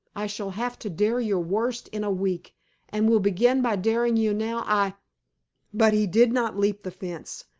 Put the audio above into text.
i shall have to dare your worst in a week and will begin by daring you now. i but he did not leap the fence,